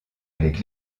avec